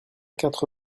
quatre